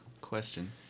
question